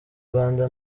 rwanda